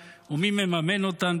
מי מעביר אותן ומי מממן אותן,